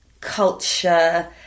culture